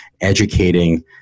educating